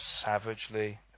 savagely